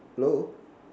hello